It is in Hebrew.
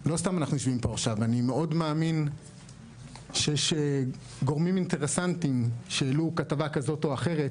ואני מאוד מאמין שיש גורמים אינטרסנטיים שהעלו כתבה כזאת או אחרת